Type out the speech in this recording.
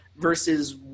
versus